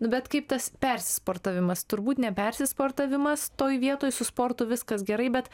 nu bet kaip tas persisportavimas turbūt nepersisportavimas toj vietoj su sportu viskas gerai bet